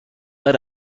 let